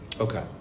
Okay